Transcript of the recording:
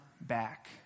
back